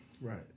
Right